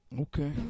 Okay